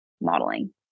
modeling